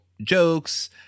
jokes